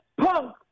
punk